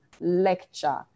lecture